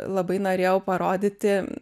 labai norėjau parodyti